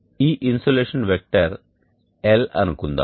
ఈ insolation vector L అనుకుందాం